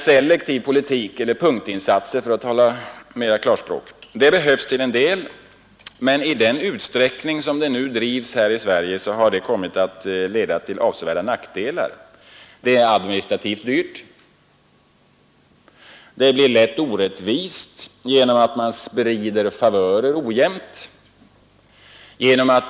Selektiv politik — punktinsatser, för att tala klarspråk — behövs till en del, men i den utsträckning som den nu drivs här i Sverige har den kommit att leda till avsevärda nackdelar. Att göra punktinsatser blir administrativt dyrt, och det blir lätt orättvist, genom att man sprider favörer ojämnt.